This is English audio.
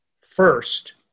First